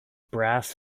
brass